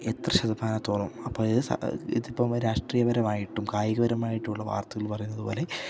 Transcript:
എത്ര ശതമാനത്തോളം അപ്പം ഇതിപ്പം രാഷ്ട്രീയപരമായിട്ടും കായികപരമായിട്ടുള്ള വാർത്തകൾ പറയുന്നത് പോലെ